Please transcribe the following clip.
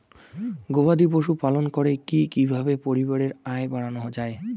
গবাদি পশু পালন করে কি কিভাবে পরিবারের আয় বাড়ানো যায়?